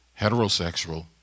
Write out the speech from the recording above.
heterosexual